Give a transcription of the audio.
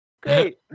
Great